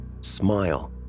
smile